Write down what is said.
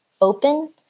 open